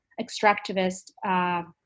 extractivist